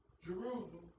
Jerusalem